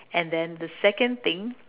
and then the second thing